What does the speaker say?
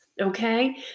okay